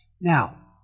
Now